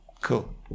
Cool